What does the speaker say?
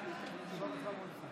שהתשובה וההצבעה במועד אחר?